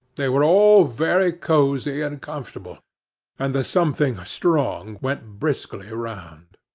they were all very cosy and comfortable and the something strong went briskly round.